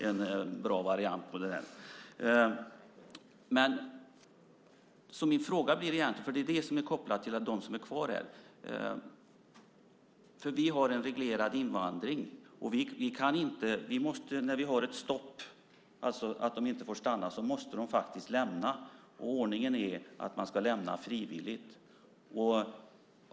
En fråga som är kopplad till dem som är kvar här är att vi har en reglerad invandring. När vi har ett stopp som säger att de inte får stanna måste de lämna. Ordningen är att man ska lämna frivilligt.